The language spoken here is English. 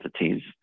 entities